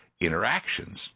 interactions